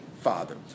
father